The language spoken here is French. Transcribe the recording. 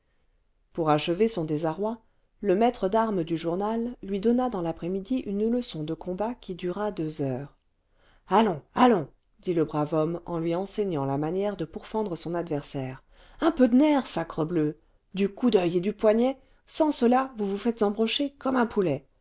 pour achever son désarroi le maître d'armes du journal lui donna dans l'après-midi une leçon de combat qui dura deux heures allons allons dit le brave homme en lui enseignant la manière de pourfendre son adversaire un peu de nerf sacrebleu du coup d'oeil et du poignet sans cela vous vous faites embrocher comme un poulet